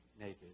naked